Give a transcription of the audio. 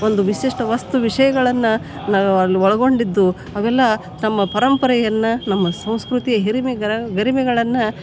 ಒಂದು ವಿಶಿಷ್ಟ ವಸ್ತು ವಿಷಯಗಳನ್ನು ನಾ ಒಳಗೊಂಡಿದ್ದು ಅವೆಲ್ಲ ತಮ್ಮ ಪರಂಪರೆಯನ್ನು ನಮ್ಮ ಸಂಸ್ಕೃತಿ ಹಿರಿಮೆಗಳ ಗರಿಮೆಗಳನ್ನು